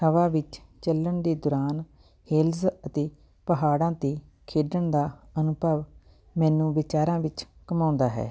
ਹਵਾ ਵਿੱਚ ਚੱਲਣ ਦੇ ਦੌਰਾਨ ਹਿੱਲਜ਼ ਅਤੇ ਪਹਾੜਾਂ 'ਤੇ ਖੇਡਣ ਦਾ ਅਨੁਭਵ ਮੈਨੂੰ ਵਿਚਾਰਾਂ ਵਿੱਚ ਘੁੰਮਾਉਂਦਾ ਹੈ